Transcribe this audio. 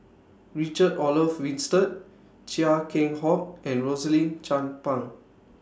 Richard Olaf Winstedt Chia Keng Hock and Rosaline Chan Pang